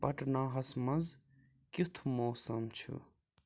پٹناہَس منز کیُتھ موسم چھُ